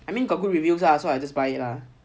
I mean got good reviews lah so I just buy it lah